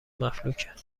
مفلوکه